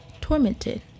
tormented